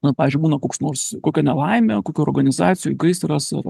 nu pavyzdžiui būna koks nors kokia nelaimė kokioj organizacijoj gaisras ar